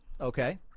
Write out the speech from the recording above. Okay